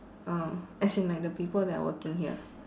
um as in like the people that are working here